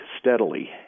steadily